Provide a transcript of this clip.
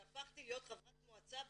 כשהפכתי להיות חברת מועצה באשקלון,